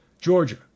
Georgia